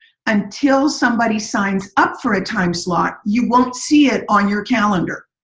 until somebody signs up for a timeslot you won't see it on your calendar.